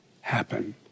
happen